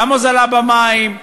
גם הוזלה במים,